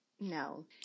No